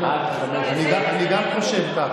אני גם חושב ככה.